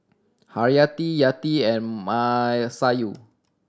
Haryati Yati and Masayu